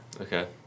Okay